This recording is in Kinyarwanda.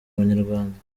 banyarwanda